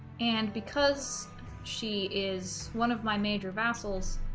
and because she is one of my major vassals